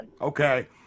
Okay